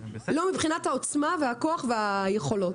לא מבחינת העוצמה והכוח והיכולות.